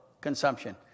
consumption